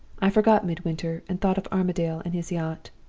i forgot midwinter, and thought of armadale and his yacht.